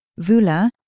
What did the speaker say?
Vula